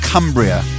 Cumbria